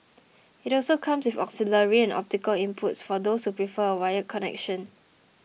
it also comes with auxiliary and optical inputs for those who prefer a wired connection